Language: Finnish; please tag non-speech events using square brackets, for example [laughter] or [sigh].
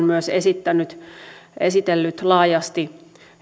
[unintelligible] myös esitellyt laajasti